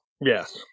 Yes